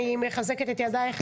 אני מחזקת את ידייך,